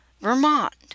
vermont